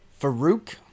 Farouk